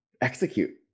execute